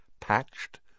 Patched